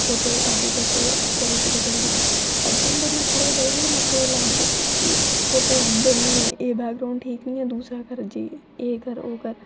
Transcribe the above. फोटू edit असें करी कुरी करी कुरी बाकी उं'दे नखरे भाई नखरे लग्ग कि फोटू उद्धर निं एह् बैकग्राउंड ठीक निं ऐ दूआ कर जी एह् कर ओह् कर